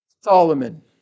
Solomon